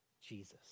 Jesus